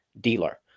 dealer